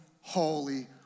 holy